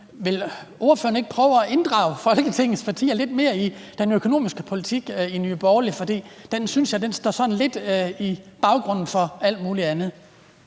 vil ordføreren ikke prøve at inddrage Folketingets partier lidt mere i den økonomiske politik i Nye Borgerlige, for jeg synes, den står sådan lidt i baggrunden af alt muligt andet?